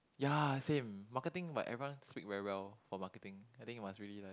ya same marketing but everyone speak very well for marketing I think you must really like